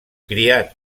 criat